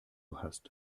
hast